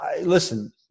Listen